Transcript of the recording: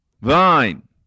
thine